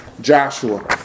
Joshua